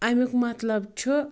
امیُک مطلب چھُ